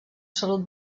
salut